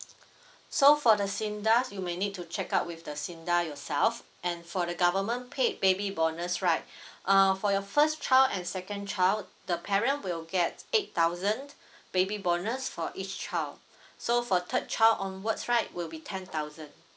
so for the sinda's you may need to check out with the sinda yourself and for the government paid baby bonus right uh for your first child and second child the parent will get eight thousand baby bonus for each child so for third child onwards right will be ten thousand